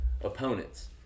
opponents